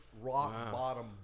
rock-bottom